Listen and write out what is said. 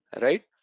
right